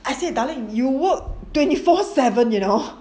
I said darling you work twenty four seven you know